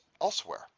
elsewhere